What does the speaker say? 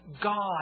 God